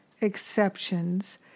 exceptions